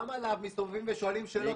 תכף אני אתייחס גם